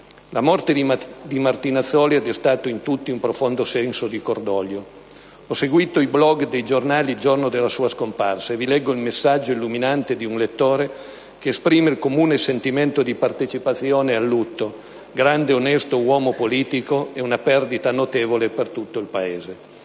La morte di Martinazzoli ha destato in tutti un profondo senso di cordoglio. Ho seguito i *blog* dei giornali il giorno della sua scomparsa e vi leggo il messaggio illuminante di un lettore che esprime il comune sentimento di partecipazione al lutto: «Grande e onesto uomo politico, è una perdita notevole per tutto il Paese».